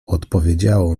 odpowiedziało